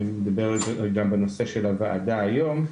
אני מדבר גם בנושא של הוועדה היום,